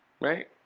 right